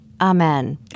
Amen